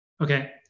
Okay